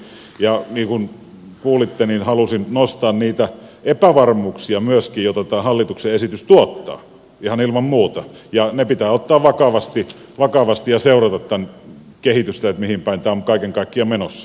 ja niin kuin kuulitte halusin nostaa esille niitä epävarmuuksia myöskin joita tämä hallituksen esitys tuottaa ihan ilman muuta ja ne pitää ottaa vakavasti ja seurata tämän kehitystä että mihin päin tämä on kaiken kaikkiaan menossa